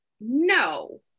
no